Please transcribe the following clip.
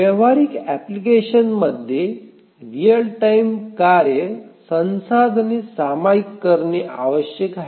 व्यावहारिक अँप्लिकेशन मध्ये real time कार्ये संसाधने सामायिक करणे आवश्यक आहे